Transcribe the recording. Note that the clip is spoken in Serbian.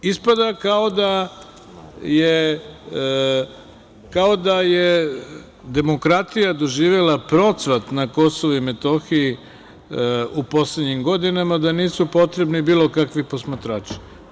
Ispada kao da je demokratija doživela procvat na KiM u poslednjim godinama, da nisu potrebni bilo kakvi posmatrači.